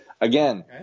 again